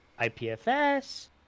IPFS